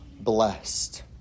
blessed